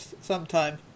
sometime